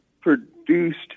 produced